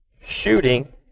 shooting